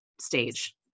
stage